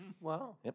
Wow